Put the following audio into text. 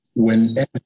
whenever